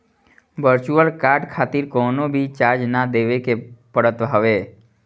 virtual card खातिर कवनो भी चार्ज ना देवे के पड़त हवे